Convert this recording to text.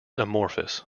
amorphous